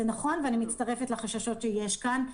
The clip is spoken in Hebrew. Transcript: זה נכון ואני מצטרפת לחששות שהועלו כאן.